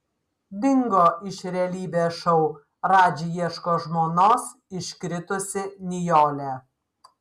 dingo iš realybės šou radži ieško žmonos iškritusi nijolė